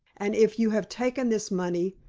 and if you have taken this money,